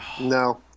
No